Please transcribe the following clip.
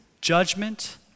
Judgment